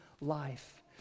life